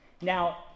Now